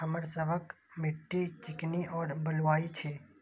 हमर सबक मिट्टी चिकनी और बलुयाही छी?